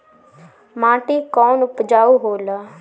माटी कौन उपजाऊ होला?